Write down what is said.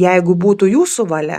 jeigu būtų jūsų valia